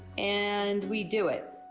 and. we do it.